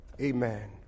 Amen